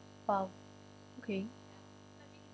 !wow! okay